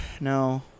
No